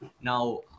Now